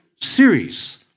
series